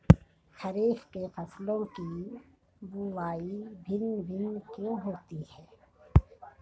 खरीफ के फसलों की बुवाई भिन्न भिन्न क्यों होती है?